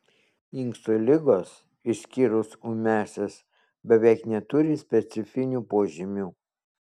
inkstų ligos išskyrus ūmiąsias beveik neturi specifinių požymių